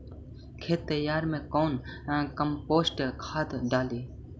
खेत तैयारी मे कौन कम्पोस्ट खाद डाली?